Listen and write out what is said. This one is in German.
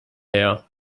her